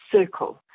circle